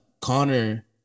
Connor